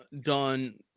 done